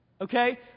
Okay